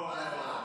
זה המשפט לסיום.